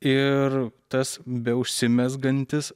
ir tas beužsimezgantis